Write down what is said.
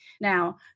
Now